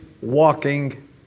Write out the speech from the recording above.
walking